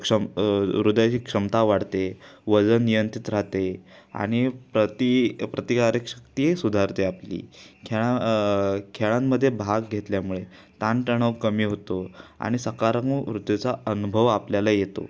क्षम हृदयाची क्षमता वाढते वजन नियंत्रित राहते आणि प्रती प्रतिकारक शक्ती सुधारते आपली खेळा खेळांमध्ये भाग घेतल्यामुळे ताणतणाव कमी होतो आणि सकारात्म ऊर्जेचा अनुभव आपल्याला येतो